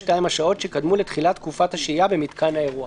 השעות שקדמו לתחילת תקופת השהייה במיתקן האירוח.